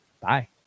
Bye